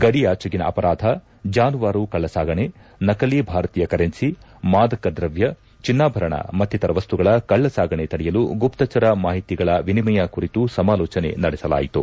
ಗಡಿಯಾಚೆಗಿನ ಅಪರಾಧ ಜಾನುವಾರು ಕಳ್ಳ ಸಾಗಣೆ ನಕಲಿ ಭಾರತೀಯ ಕರೆನ್ಸಿ ಮಾದಕ ದ್ರವ್ಯ ಚಿನ್ನಾಭರಣ ಮತ್ತಿತರ ವಸ್ತುಗಳ ಕಳ್ಳಸಾಗಣೆ ತಡೆಯಲು ಗುಪ್ತಚರ ಮಾಹಿತಿಗಳ ವಿನಿಮಯ ಕುರಿತು ಸಮಾಲೋಚನೆ ನಡೆಸಲಾಯಿತು